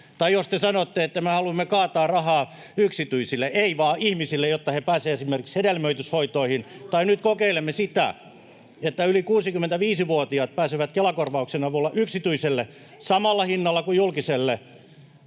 Tai te sanotte, että me haluamme kaataa rahaa yksityisille. Emme vaan ihmisille, jotta he pääsevät esimerkiksi hedelmöityshoitoihin, tai nyt kokeilemme sitä, että yli 65-vuotiaat pääsevät Kela-korvauksen avulla yksityiselle samalla hinnalla kuin julkiselle.